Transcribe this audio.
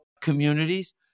communities